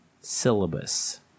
Syllabus